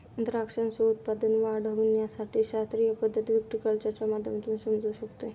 द्राक्षाचे उत्पादन वाढविण्याची शास्त्रीय पद्धत व्हिटीकल्चरच्या माध्यमातून समजू शकते